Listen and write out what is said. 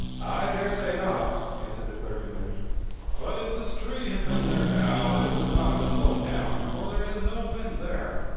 i daresay not, answered the clergyman but if this tree had been there now, it would not have been blown down, for there is no wind there.